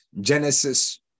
Genesis